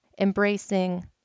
embracing